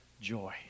joy